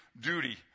duty